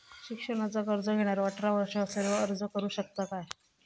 शिक्षणाचा कर्ज घेणारो अठरा वर्ष असलेलो अर्ज करू शकता काय?